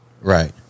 Right